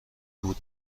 بود